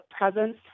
presence